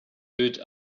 good